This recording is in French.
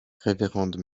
révérende